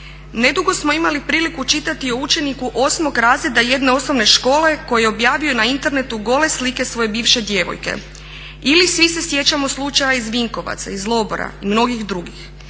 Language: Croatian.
Nedugo smo imali priliku čitati o učeniku 8. razreda jedne osnovne škole koji je objavio na internetu gole slike svoje bivše djevojke. Ili svi se sjećamo slučaja iz Vinkovaca, iz Lobora i mnogih drugih.